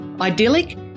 Idyllic